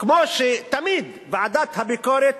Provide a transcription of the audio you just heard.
כמו שתמיד ועדת הביקורת,